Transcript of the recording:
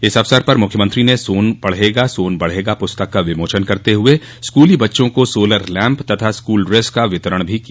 इस अवसर पर मुख्यमंत्री ने सोन पढ़ेगा सोन बढ़ेगा पुस्तक का विमोचन करते हुये स्कूली बच्चो को सोलर लैंप तथा स्कूल ड्रेस का वितरण भी किया